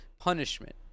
punishment